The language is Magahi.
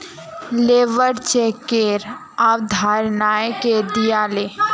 लेबर चेकेर अवधारणा के दीयाले